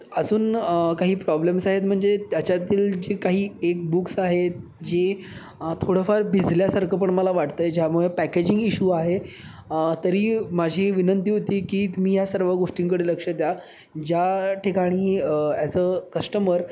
अजून काही प्रॉब्लेम्स आहेत म्हणजे त्याच्यातील जे काही एक बुक्स आहेत जी थोडंफार भिजल्यासारखं पण मला वाटतं आहे ज्यामुळे पॅकेजिंग इश्यू आहे तरी माझी विनंती होती की तुम्ही या सर्व गोष्टींकडे लक्ष द्या ज्या ठिकाणी ॲज अ कस्टमर